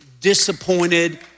disappointed